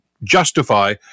justify